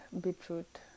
beetroot